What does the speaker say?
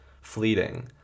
fleeting